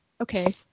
okay